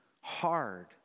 hard